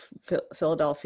Philadelphia